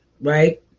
right